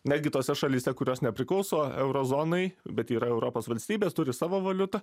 netgi tose šalyse kurios nepriklauso euro zonai bet yra europos valstybės turi savo valiutą